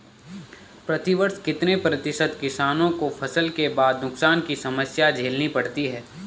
प्रतिवर्ष कितने प्रतिशत किसानों को फसल के बाद नुकसान की समस्या झेलनी पड़ती है?